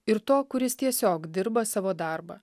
ir to kuris tiesiog dirba savo darbą